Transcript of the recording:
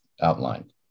outlined